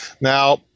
Now